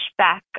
pushback